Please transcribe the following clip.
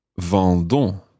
Vendons